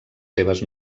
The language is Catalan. seves